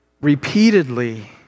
repeatedly